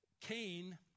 Cain